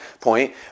point